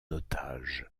otage